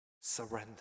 surrender